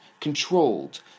controlled